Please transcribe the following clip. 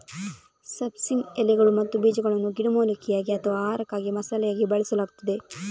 ಸಬ್ಬಸಿಗೆ ಎಲೆಗಳು ಮತ್ತು ಬೀಜಗಳನ್ನು ಗಿಡಮೂಲಿಕೆಯಾಗಿ ಅಥವಾ ಆಹಾರಕ್ಕಾಗಿ ಮಸಾಲೆಯಾಗಿ ಬಳಸಲಾಗುತ್ತದೆ